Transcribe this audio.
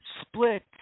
split